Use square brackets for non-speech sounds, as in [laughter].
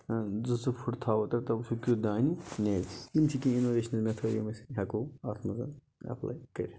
زٕ زٕ فٔٹ تھاوو [unintelligible] سُہ کیُتھ دانہِ نیرِ یِم چھِ کیٚنٛہہ انوویشن میتھڈ یِم أسۍ ہیٚکَو اَتھ منٛزَن ایپلاے کٔرِتھ